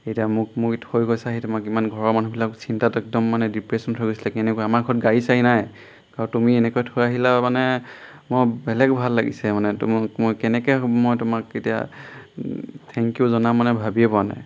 এতিয়া মোক মোক থৈ গৈছাহি তোমাক ইমান ঘৰৰ মানুহবিলাকো চিন্তাত একদম মানে ডিপ্ৰেচন হৈ গৈছিলে কিন্তু আমাৰ ঘৰত গাড়ী চাড়ী নাই আৰু তুমি এনেকৈ থৈ আহিলা মানে মই বেলেগ ভাল লাগিছে মানে তোমাক মই কেনেকৈ মই তোমাক এতিয়া থেংক ইউ জনাম মানে ভাবিয়ে পোৱা নাই